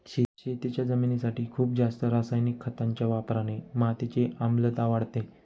शेतीच्या जमिनीसाठी खूप जास्त रासायनिक खतांच्या वापराने मातीची आम्लता वाढते